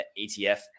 ETF